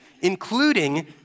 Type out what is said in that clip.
including